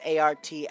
ART